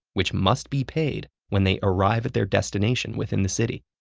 which must be paid when they arrive at their destination within the city.